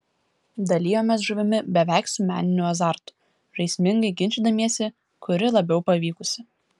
dalijomės žuvimi beveik su meniniu azartu žaismingai ginčydamiesi kuri labiau pavykusi